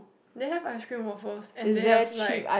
they have ice cream waffles and they have like